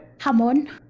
Hamon